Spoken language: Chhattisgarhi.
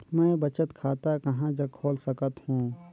मैं बचत खाता कहां जग खोल सकत हों?